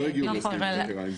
לא הגיעו בהסכמים בילטראליים.